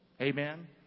Amen